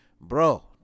bro